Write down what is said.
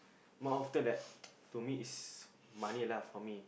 more often that to me is money lah for me